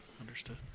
understood